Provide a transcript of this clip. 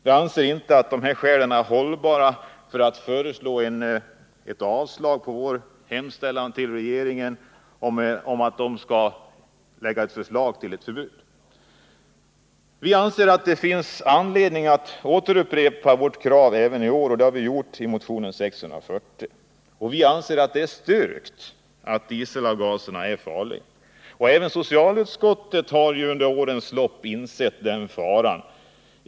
Vi anser inte att detta är hållbara skäl för avslag på vår hemställan till regeringen om att den skall framlägga ett förslag till förbud. Vi anser att det finns anledning att upprepa kravet även i år, och det har vi gjort i motionen 640. Vi anser det styrkt att dieselavgaserna är farliga. Även socialutskottet har under årens lopp insett den faran.